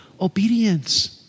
obedience